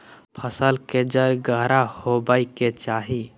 फसल के जड़ गहरा होबय के चाही